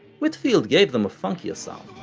whitfield gave them a funkier sound,